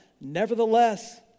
Nevertheless